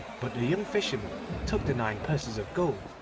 but the young fisherman took the nine purses of gold,